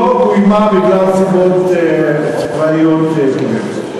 שלא קוימה בגלל סיבות צבאיות כביכול.